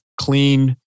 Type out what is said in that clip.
clean